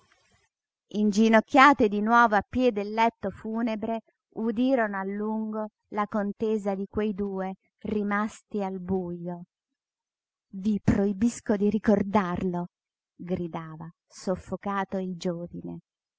l'uscio inginocchiate di nuovo a piè del letto funebre udirono a lungo la contesa di quei due rimasti al bujo i proibisco di ricordarlo gridava soffocato il giovine